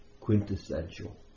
quintessential